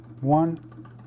one